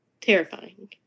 Terrifying